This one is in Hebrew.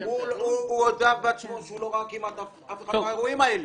הוא הודה בעצמו שהוא לא ראה כמעט אף אחד מהאירועים האלה.